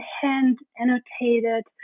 hand-annotated